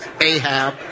Ahab